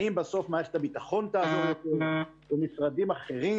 האם בסוף מערכת הביטחון תעזור יותר או משרדים אחרים?